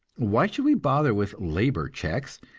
why should we bother with labor checks,